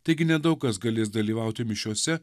taigi nedaug kas galės dalyvauti mišiose